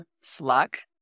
Slack